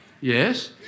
yes